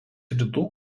rytų